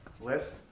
list